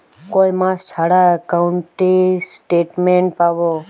কয় মাস ছাড়া একাউন্টে স্টেটমেন্ট পাব?